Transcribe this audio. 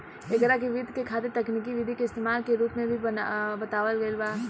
एकरा के वित्त के खातिर तकनिकी विधि के इस्तमाल के रूप में भी बतावल गईल बा